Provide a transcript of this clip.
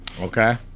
Okay